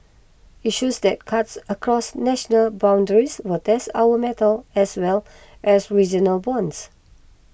issues that cuts across national boundaries will test our mettle as well as regional bonds